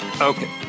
Okay